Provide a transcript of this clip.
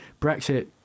Brexit